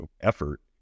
effort